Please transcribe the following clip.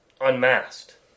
unmasked